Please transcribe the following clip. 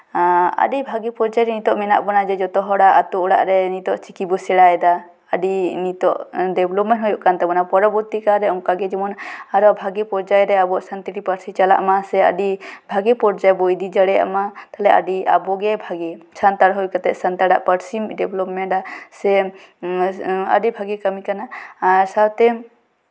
ᱟᱹᱰᱤ ᱵᱷᱟᱹᱜᱤ ᱯᱚᱨᱡᱟᱭᱨᱮ ᱱᱤᱛᱚᱜ ᱢᱮᱱᱟᱜ ᱵᱚᱱᱟ ᱡᱮ ᱡᱚᱛᱚ ᱦᱚᱲᱟᱜ ᱟᱹᱛᱩ ᱚᱲᱟᱜ ᱨᱮ ᱪᱤᱠᱤ ᱵᱚ ᱥᱮᱲᱟᱭᱮᱫᱟ ᱟᱹᱰᱤ ᱱᱤᱛᱚᱜ ᱰᱮᱵᱷᱞᱚᱯᱢᱮᱱᱴ ᱦᱩᱭᱩᱜ ᱠᱟᱱ ᱛᱟᱵᱳᱱᱟ ᱯᱚᱨᱚᱵᱚᱨᱛᱤᱠᱟᱨ ᱨᱮ ᱚᱱᱠᱟ ᱜᱮ ᱡᱮᱢᱚᱱ ᱟᱨᱚ ᱵᱷᱟᱹᱜᱤ ᱯᱚᱨᱡᱟᱭᱨᱮ ᱟᱵᱚ ᱥᱟᱱᱛᱟᱲᱤ ᱯᱟᱹᱨᱥᱤ ᱪᱟᱞᱟᱜ ᱢᱟ ᱥᱮ ᱟᱹᱰᱤ ᱵᱷᱟᱜᱮ ᱯᱚᱨᱡᱟᱭ ᱵᱚ ᱤᱫᱤ ᱫᱟᱲᱮᱭᱟᱜ ᱢᱟ ᱛᱟᱦᱞᱮ ᱟᱹᱰᱤ ᱟᱵᱚᱜᱮ ᱵᱷᱟᱹᱜᱤ ᱥᱟᱱᱛᱟᱲ ᱦᱩᱭ ᱠᱟᱛᱮᱫ ᱥᱟᱱᱛᱟᱲᱟᱜ ᱯᱟᱹᱨᱥᱤᱢ ᱰᱮᱵᱷᱞᱚᱯᱢᱮᱱᱴ ᱼᱟ ᱥᱮ ᱟᱹᱰᱤ ᱵᱷᱟᱹᱜᱤ ᱠᱟᱹᱢᱤ ᱠᱟᱱᱟ ᱟᱨ ᱥᱟᱶᱛᱮ